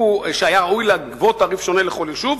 שהיה ראוי לגבות תעריף שונה לכל יישוב?